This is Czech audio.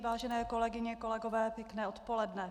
Vážené kolegyně, kolegové, pěkné odpoledne.